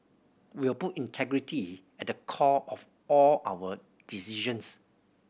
we'll put integrity at the core of all our decisions